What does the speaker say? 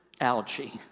algae